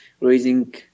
raising